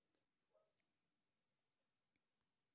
Thrips के लिए कौन सी दवा है?